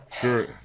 Sure